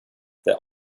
det